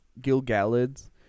Gilgalad's